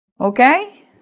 Okay